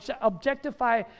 objectify